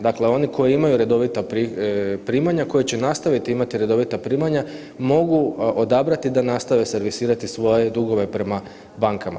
Dakle, oni koji imaju redovita primanja, koji će nastaviti imati redovita primanja, mogu odabrati da nastave servisirati svoje dugove prema bankama.